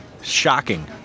shocking